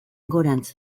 gorantz